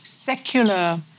Secular